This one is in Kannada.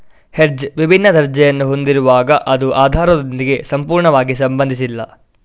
ಹೆಡ್ಜ್ ವಿಭಿನ್ನ ದರ್ಜೆಯನ್ನು ಹೊಂದಿರುವಾಗ ಅದು ಆಧಾರದೊಂದಿಗೆ ಸಂಪೂರ್ಣವಾಗಿ ಸಂಬಂಧಿಸಿಲ್ಲ